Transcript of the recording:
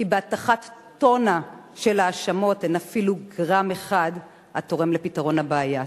כי בהטחת טונה של האשמות אין אפילו גרם התורם לפתרון הבעיה.